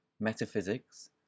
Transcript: metaphysics